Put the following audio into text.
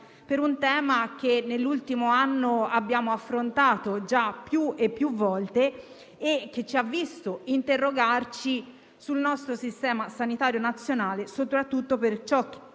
su un tema che nell'ultimo anno abbiamo affrontato già più e più volte e che ci ha visto interrogarci sul nostro Sistema sanitario nazionale, soprattutto per quanto